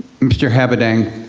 mr. habedank,